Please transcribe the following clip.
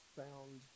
found